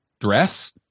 dress